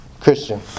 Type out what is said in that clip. Christian